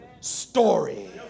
story